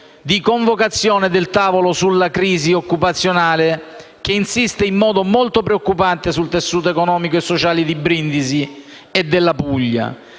di convocazione del tavolo sulla crisi occupazionale, che insiste in modo molto preoccupante sul tessuto economico e sociale di Brindisi e della Puglia